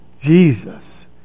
Jesus